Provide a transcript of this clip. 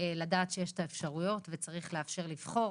לדעת שיש את האפשרויות וצריך לאפשר לבחור.